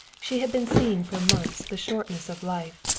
she had been seeing for months the shortness of life,